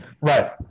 right